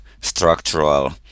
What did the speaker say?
structural